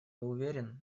уверен